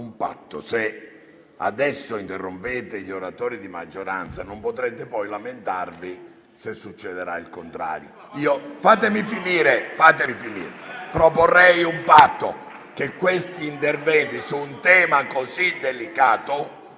se adesso interromperete gli oratori di maggioranza, non potrete poi lamentarvi, se succederà il contrario.